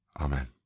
Amen